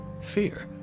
fear